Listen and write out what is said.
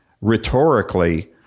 rhetorically